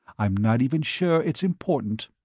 i'm not even sure it's important.